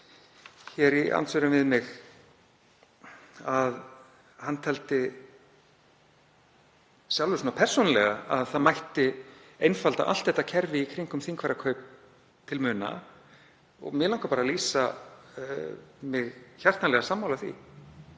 í andsvörum við mig að hann teldi sjálfur persónulega að það mætti einfalda allt þetta kerfi í kringum þingfararkaup til muna. Mig langar að lýsa mig hjartanlega sammála því.